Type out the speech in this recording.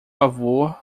avô